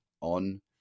on